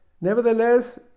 nevertheless